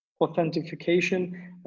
authentication